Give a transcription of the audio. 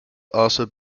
also